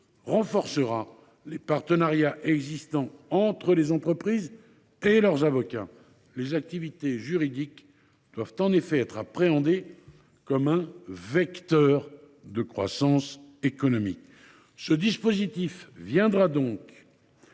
confortera les partenariats existants entre les entreprises et leurs avocats. Les activités juridiques doivent en effet être appréhendées comme un vecteur de croissance économique. En conséquence,